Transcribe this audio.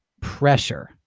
pressure